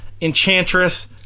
Enchantress